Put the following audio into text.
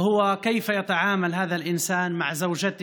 והוא איך מתנהג האדם הזה כלפי אשתו,